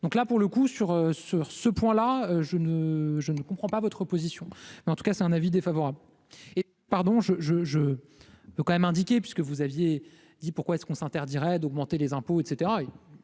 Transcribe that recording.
donc là pour le coup sur sur ce point là, je ne, je ne comprends pas votre position en tout cas c'est un avis défavorable et pardon je, je, je peux quand même indiqué parce que vous aviez dit pourquoi est-ce qu'on s'interdirait d'augmenter les impôts, et